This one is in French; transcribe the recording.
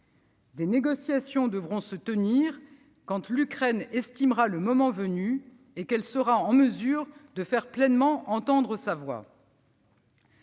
Des négociations devront se tenir lorsque l'Ukraine estimera que le moment est venu et qu'elle sera en mesure de faire pleinement entendre sa voix.